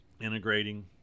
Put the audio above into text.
integrating